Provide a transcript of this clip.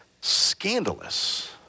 scandalous